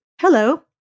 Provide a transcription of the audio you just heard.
Hello